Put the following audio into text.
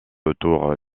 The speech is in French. autour